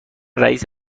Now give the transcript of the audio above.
رئیس